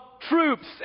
troops